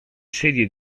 serie